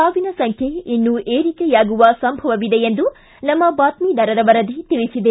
ಸಾವಿನ ಸಂಖ್ಯೆ ಇನ್ನು ಏರಿಕೆಯಾಗುವ ಸಂಭವವಿದೆ ಎಂದು ನಮ್ನ ಬಾತ್ತಿದಾರರ ವರದಿ ತಿಳಿಸಿದೆ